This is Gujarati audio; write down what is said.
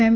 એમ